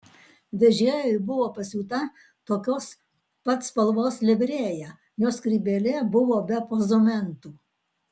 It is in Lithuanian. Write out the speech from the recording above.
vežėjui buvo pasiūta tokios pat spalvos livrėja jo skrybėlė buvo be pozumentų